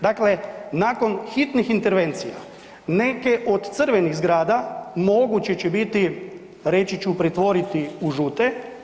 Dakle, nakon hitnih intervencija neke od crvenih zgrada moguće će biti, reći ću pretvoriti u žute.